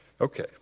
Okay